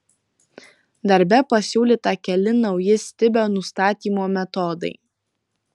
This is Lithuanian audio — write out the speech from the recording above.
darbe pasiūlyta keli nauji stibio nustatymo metodai